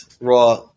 raw